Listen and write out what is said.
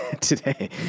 today